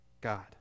God